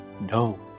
No